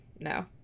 No